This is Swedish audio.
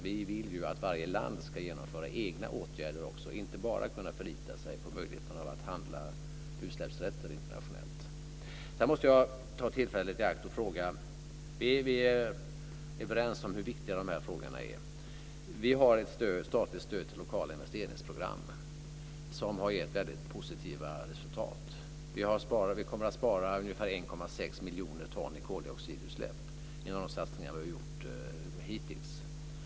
Vi vill ju att varje land ska genomföra egna åtgärder och inte bara kunna förlita sig på möjligheten att handla utsläppsrätter internationellt. Jag måste ta tillfället i akt och ställa en fråga. Vi är ju överens om hur viktiga de här frågorna är. Vi har ett statlig stöd till lokala investeringsprogram som har gett väldigt positiva resultat. Vi kommer att spara 1,6 miljoner ton i koldioxidutsläpp genom de satsningar vi har gjort hittills.